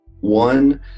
One